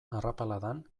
arrapaladan